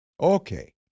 Okay